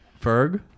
Ferg